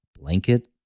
blanket